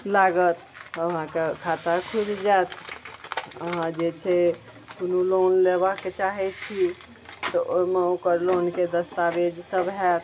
लागत अहाँके खाता खुलि जाएत अहाँ जे छै कोनो लोन लेबाक चाहै छी तऽ ओहिमे ओकर लोनके दस्ताबेज सब होएत